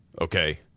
okay